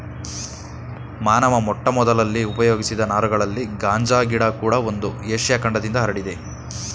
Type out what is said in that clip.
ಮಾನವ ಮೊಟ್ಟಮೊದಲಲ್ಲಿ ಉಪಯೋಗಿಸಿದ ನಾರುಗಳಲ್ಲಿ ಗಾಂಜಾ ಗಿಡ ಕೂಡ ಒಂದು ಏಷ್ಯ ಖಂಡದಿಂದ ಹರಡಿದೆ